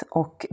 och